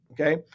okay